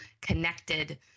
connected